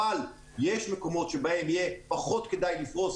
אבל יש מקומות שבהם יהיה פחות כדאי לפרוס